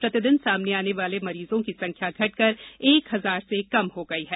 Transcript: प्रतिदिन सामने आने वाले मरीजों की संख्या घटकर एक हजार से कम हो गई है